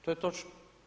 To je točno.